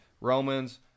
Romans